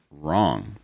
wrong